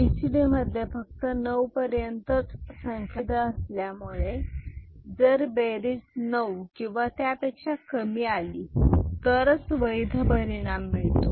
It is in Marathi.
बीसीडी मध्ये फक्त नऊ पर्यंतच संख्या वैध असल्यामुळे जर बेरीज नऊ किंवा त्यापेक्षा कमी आली तरच वैध परिणाम मिळतो